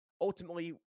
ultimately